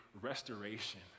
restoration